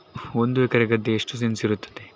ಒಂದು ಎಕರೆ ಗದ್ದೆ ಎಷ್ಟು ಸೆಂಟ್ಸ್ ಇರುತ್ತದೆ?